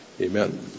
Amen